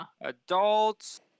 adults